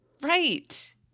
right